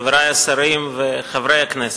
חברי השרים וחברי הכנסת,